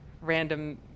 random